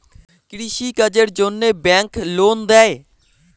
কৃষি কাজের জন্যে ব্যাংক লোন দেয়?